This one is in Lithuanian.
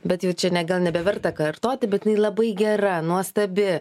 bet jau čia ne gal nebeverta kartoti bet labai gera nuostabi